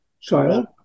child